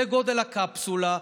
זה גודל הקפסולה,